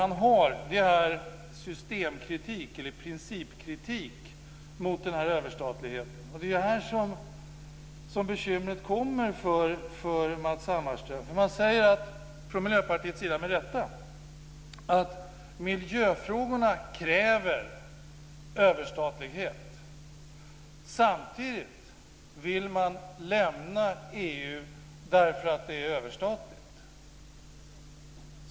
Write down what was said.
Han för fram en principkritik mot överstatligheten, och det är här som Matz Hammarström får bekymmer. Han säger å Miljöpartiets vägnar med rätta att miljöfrågorna kräver överstatlighet. Samtidigt vill man lämna EU därför att det är överstatligt.